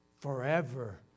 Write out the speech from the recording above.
forever